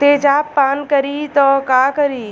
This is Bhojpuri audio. तेजाब पान करी त का करी?